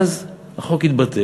ואז החוק התבטל.